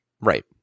Right